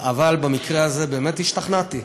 אבל במקרה הזה באמת השתכנעתי.